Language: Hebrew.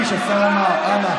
חבר הכנסת קיש, השר עמאר, ראיתי